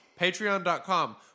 Patreon.com